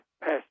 passed